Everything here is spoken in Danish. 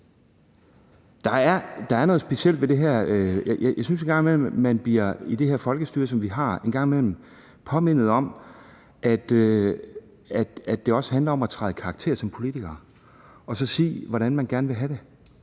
Der er noget specielt ved det her. Jeg synes, at man en gang imellem i det her folkestyre, vi har, bliver påmindet om, at det også handler om at træde i karakter som politiker og så sige, hvordan man gerne vil have det